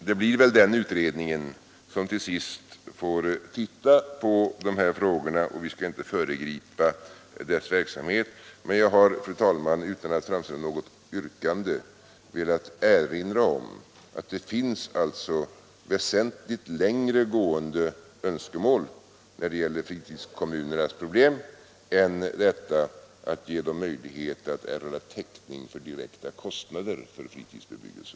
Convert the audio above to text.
Det blir väl den utredningen som till sist får uppgiften att ta upp dessa frågor, och vi skall väl inte föregripa dess verksamhet, men jag har, fru talman, utan att framställa något yrkande velat erinra om att det finns väsentligt längre gående önskemål när det gäller fritidskommunernas problem än att ge dem möjlighet att erhålla täckning för direkta kostnader för fritidsbebyggelse.